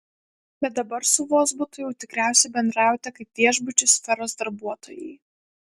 bet dabar su vozbutu jau tikriausiai bendraujate kaip viešbučių sferos darbuotojai